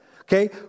okay